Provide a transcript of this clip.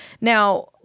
Now